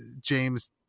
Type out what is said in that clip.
James